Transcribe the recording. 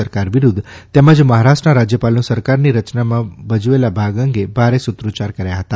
સરકાર વિરૂદ્ધ તેમજ મહારાષ્ટ્રના રાજ્યપાલનું સરકારની રચનામાં ભજવેલા ભાગ અંગે ભારે સૂત્રોચ્યાર કર્યા હતા